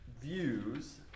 views